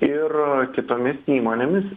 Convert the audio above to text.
ir kitomis įmonėmis